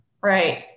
right